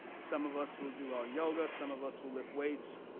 some of us will do our yoga. some of us will lift weights.